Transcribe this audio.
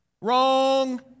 Wrong